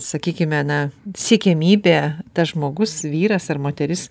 sakykime na siekiamybė tas žmogus vyras ar moteris